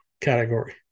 category